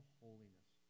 holiness